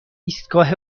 ایستگاه